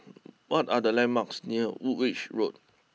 what are the landmarks near Woolwich Road